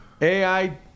AI